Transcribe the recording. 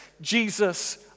Jesus